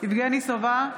יבגני סובה,